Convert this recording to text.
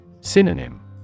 Synonym